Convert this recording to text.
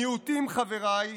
מיעוטים, חבריי,